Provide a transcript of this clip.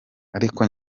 ariko